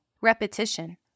Repetition